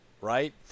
right